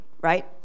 right